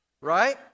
Right